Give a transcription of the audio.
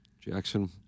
Jackson